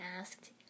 asked